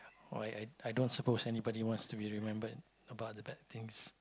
or I I I don't suppose anybody wants to be remembered about the bad things